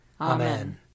Amen